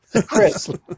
Chris